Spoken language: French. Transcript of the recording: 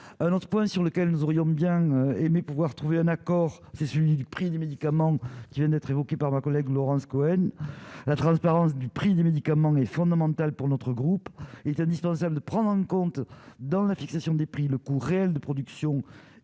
un autre point sur lequel nous aurions bien aimé pouvoir trouver un accord, c'est celui du prix des médicaments qui viennent d'être évoqués par ma collègue Laurence Cohen, la transparence du prix des médicaments est fondamental pour notre groupe, il est indispensable de prendre en compte dans la fixation des prix, le coût réel de production